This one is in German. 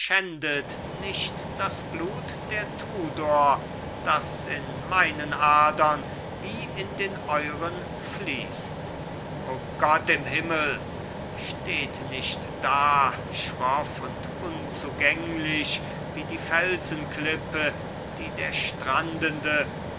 nicht das blut der tudor das in meinen adern wie in den euren fließt o gott im himmel steht nicht da schroff und unzugänglich wie die felsen klippe die der strandende